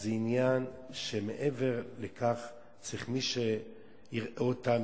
זה עניין שמעבר לכך צריך מי שיראה אותם,